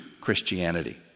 Christianity